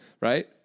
right